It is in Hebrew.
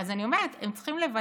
אז אני אומרת, הם צריכים לוודא